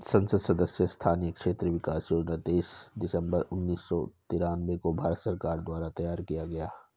संसद सदस्य स्थानीय क्षेत्र विकास योजना तेईस दिसंबर उन्नीस सौ तिरान्बे को भारत सरकार द्वारा तैयार किया गया